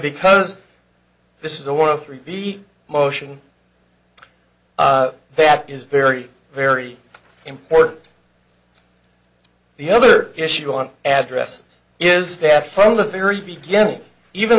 because this is a war of repeat motion that is very very important the other issue on address is that from the very beginning even